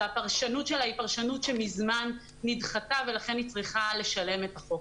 והפרשנות שלה היא פרשנות שמזמן נדחתה ולכן היא צריכה לשלם את החוב.